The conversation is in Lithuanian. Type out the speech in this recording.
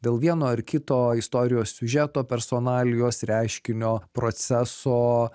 dėl vieno ar kito istorijos siužeto personalijos reiškinio proceso